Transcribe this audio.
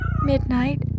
Midnight